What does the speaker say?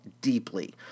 deeply